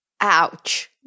Ouch